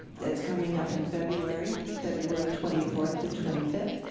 that's coming up in february. february twenty fourth through twenty fifth.